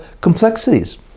complexities